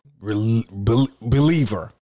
believer